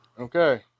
Okay